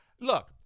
look